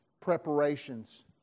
preparations